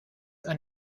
ein